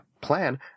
plan